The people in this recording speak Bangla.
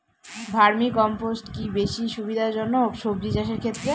ভার্মি কম্পোষ্ট কি বেশী সুবিধা জনক সবজি চাষের ক্ষেত্রে?